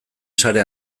sare